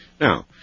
Now